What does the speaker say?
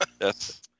yes